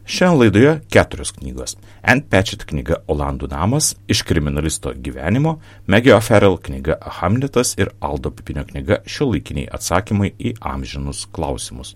šiandien laidoje keturios knygos ent pečit knyga olandų namas iš kriminalisto gyvenimo mege oferel knyga hamletas ir aldo pipinio knyga šiuolaikiniai atsakymai į amžinus klausimus